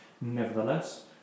Nevertheless